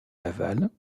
laval